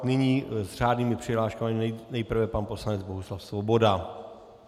Nyní s řádnými přihláškami nejprve pan poslanec Bohuslav Svoboda.